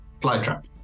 flytrap